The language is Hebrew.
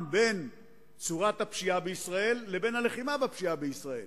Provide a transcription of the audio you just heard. בין צורת הפשיעה בישראל לבין הלחימה בפשיעה בישראל.